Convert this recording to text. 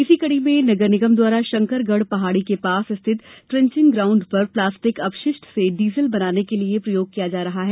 इसी कड़ी में नगर निगम द्वारा शंकरगढ़ पहाड़ी के पास स्थित ट्रेचिंग ग्राउंड पर प्लास्टिक अपशिष्ट से डीजल बनाने के लिये प्रयोग किया जा रहा है